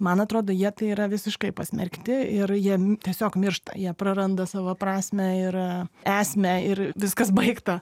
man atrodo jie tai yra visiškai pasmerkti ir jiem tiesiog miršta jie praranda savo prasmę ir esmę ir viskas baigta